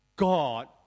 God